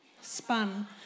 Spun